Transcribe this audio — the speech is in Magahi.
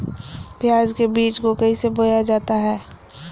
प्याज के बीज को कैसे बोया जाता है?